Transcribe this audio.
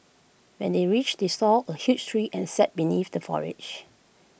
when they reached they saw A huge tree and sat beneath the foliage